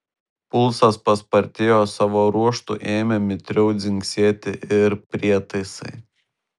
pulsas paspartėjo savo ruožtu ėmė mitriau dzingsėti ir prietaisai